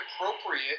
appropriate